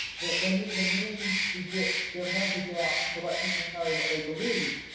that they needed a means to get their message out, and to let people know what they believed,